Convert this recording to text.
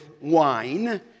wine